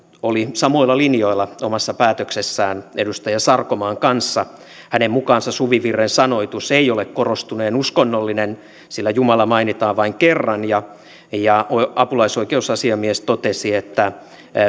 oli samoilla linjoilla omassa päätöksessään edustaja sarkomaan kanssa hänen mukaansa suvivirren sanoitus ei ole korostuneen uskonnollinen sillä jumala mainitaan vain kerran ja ja apulaisoikeusasiamies totesi että